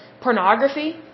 pornography